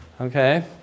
Okay